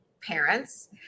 parents